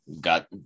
got